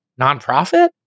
nonprofit